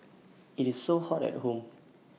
IT is so hot at home